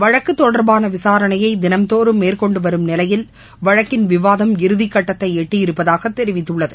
வழக்குதொடர்பானவிசாரணையைதினந்தோறும் மேற்கொண்டுவரும் நிலையில் வழக்கின் விவாதம் இறுதிக்கட்டத்தைஎட்டியிருப்பதாகதெரிவித்துள்ளது